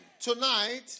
tonight